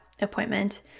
appointment